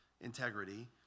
integrity